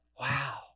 Wow